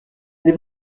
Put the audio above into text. les